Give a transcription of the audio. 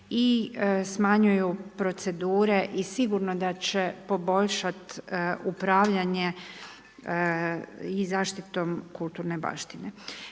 i smanjuju procedure i sigurno da će poboljšati upravljanje i zaštitom kulturne baštine.